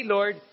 Lord